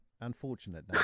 unfortunate